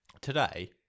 today